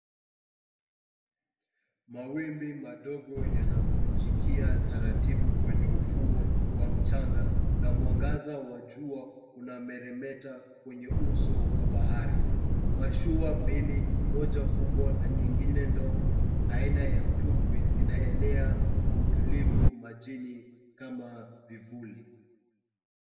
Mawimbi madogo yanavunjikia taratibu kwenye ufuo wa mchanga. Na mwangaza wa jua una meremeta kwenye uso wa bahari. Mashua mbili, moja kubwa, na nyingine ndogo, aina ya mtumbwi zinaelea kwa utulivu majini kama vivuli.